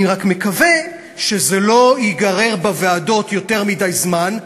אני רק מקווה שזה לא ייגרר בוועדות יותר מדי זמן,